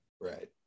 Right